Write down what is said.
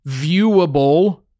viewable